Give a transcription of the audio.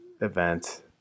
event